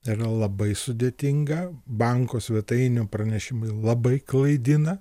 yra labai sudėtinga banko svetainių pranešimai labai klaidina